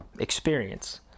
experience